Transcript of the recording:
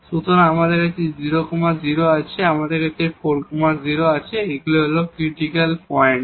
সুতরাং আমাদের 0 0 আছে আমাদের আছে 4 0 এই ক্রিটিকাল পয়েন্ট